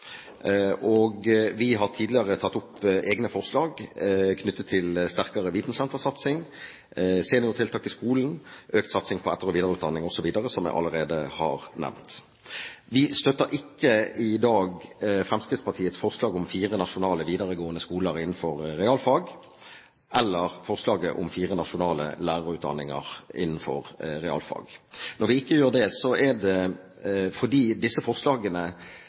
Vi har tidligere tatt opp egne forslag knyttet til sterkere vitensentersatsing, seniortiltak i skolen, økt satsing på etter- og videreutdanning osv., som jeg allerede har nevnt. Vi støtter ikke i dag Fremskrittspartiets forslag om fire nasjonale videregående skoler innenfor realfag eller forslaget om fire nasjonale lærerutdanninger innenfor realfag. Når vi ikke gjør det, er det fordi disse forslagene